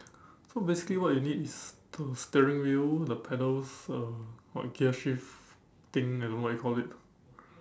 so basically what you need is the steering wheel the pedals uh what gear shift thing I don't know what you call it